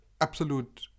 absolute